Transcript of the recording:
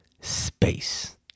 space